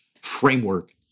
framework